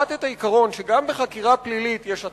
שקובעת את העיקרון שגם לחקירה פלילית יש התחלה,